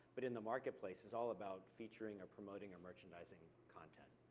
but in the marketplace, is all about featuring, or promoting, or merchandising content.